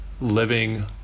living